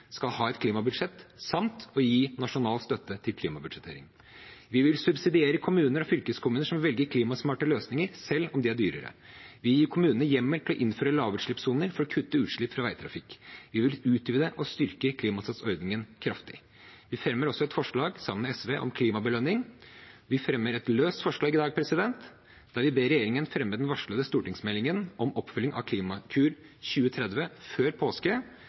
skal ha et klimabudsjett, samt å gi nasjonal støtte til klimabudsjettering. Vi vil subsidiere kommuner og fylkeskommuner som velger klimasmarte løsninger, selv om de er dyrere. Vi vil gi kommuner hjemmel til å innføre lavutslippssoner for å kutte utslipp fra veitrafikk. Vi vil utvide og styrke Klimasatsordningen kraftig. Vi fremmer et forslag, sammen med SV, om klimabelønning, og også et løst forslag i dag, der vi ber regjeringen fremme den varslede stortingsmeldingen om oppfølging av Klimakur 2030 før påske,